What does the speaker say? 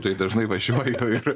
tai dažnai važiuoju ir